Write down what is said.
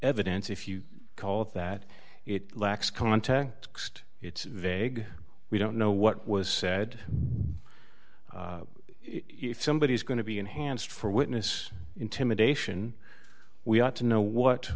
evidence if you call it that it lacks context it's vague we don't know what was said if somebody is going to be enhanced for witness intimidation we ought to know what